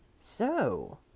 So